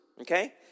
Okay